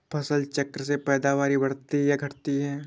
फसल चक्र से पैदावारी बढ़ती है या घटती है?